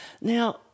Now